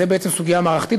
זו בעצם סוגיה מערכתית,